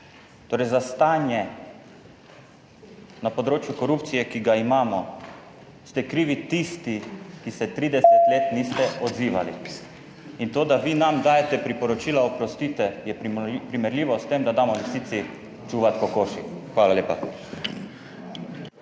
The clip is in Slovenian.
Torej, za stanje na področju korupcije, ki ga imamo, ste krivi tisti, ki se / znak za konec razprave/ 30 let niste odzivali in to, da vi nam dajete priporočila, oprostite, je primerljivo s tem, da damo investiciji čuvati kokoši. Hvala lepa.